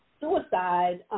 suicide